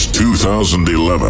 2011